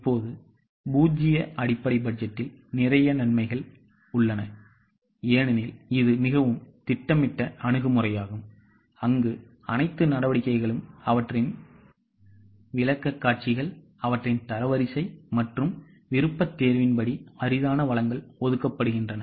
இப்போது பூஜ்ஜிய அடிப்படை பட்ஜெட்டில் நிறைய நன்மைகள் உள்ளன ஏனெனில் இது மிகவும் திட்டமிட்ட அணுகுமுறையாகும் அங்கு அனைத்து நடவடிக்கைகளும் அவற்றின் விளக்கக்காட்சிகள் அவற்றின் தரவரிசை மற்றும் விருப்பத்தேர்வின் படி அரிதான வளங்கள் ஒதுக்கப்படுகின்றன